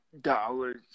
dollars